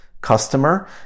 customer